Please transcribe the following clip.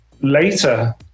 later